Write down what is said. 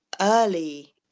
early